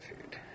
food